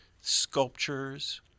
sculptures